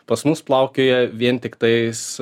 pas mus plaukioja vien tiktais